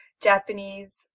Japanese